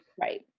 right